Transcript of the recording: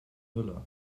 hülle